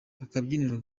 akabyiniro